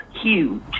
huge